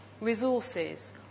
resources